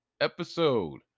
episode